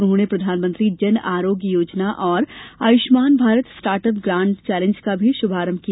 उन्होंने प्रधानमंत्री जन आरोग्य योजना और Ayushman Bharat startup grand challenge का भी शुभारंभ किया